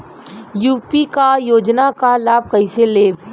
UP क योजना क लाभ कइसे लेब?